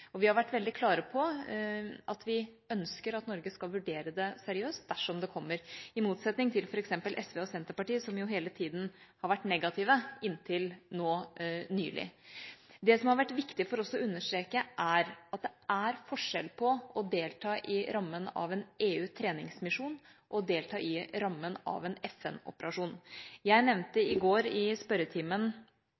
Vi har vært veldig klare på at vi ønsker at Norge skal vurdere det seriøst dersom det kommer, i motsetning til f.eks. SV og Senterpartiet, som jo hele tida har vært negative, inntil nå nylig. Det som har vært viktig for oss å understreke, er at det er forskjell på å delta i rammen av en EU-treningsmisjon og å delta i rammen av en FN-operasjon. Jeg nevnte